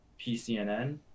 PCNN